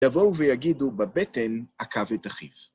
יבואו ויגידו בבטן עקב את אחיו